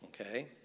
okay